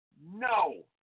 No